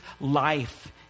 life